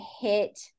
hit